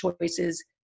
choices